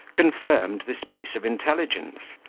confirmed this piece of intelligence.